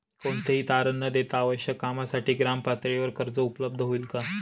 कोणतेही तारण न देता आवश्यक कामासाठी ग्रामपातळीवर कर्ज उपलब्ध होईल का?